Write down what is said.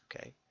okay